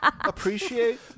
Appreciate